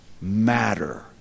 matter